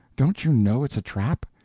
don't you know it's a trap?